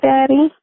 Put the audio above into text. Daddy